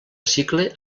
cicle